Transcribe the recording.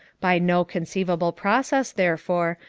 by no conceivable process, therefore,